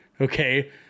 okay